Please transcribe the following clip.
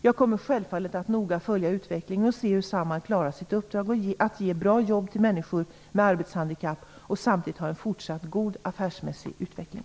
Jag kommer självfallet att noga följa utvecklingen och se hur Samhall klarar sitt uppdrag att ge bra jobb till människor med arbetshandikapp och samtidigt ha en fortsatt god affärsmässig utveckling.